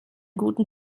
guten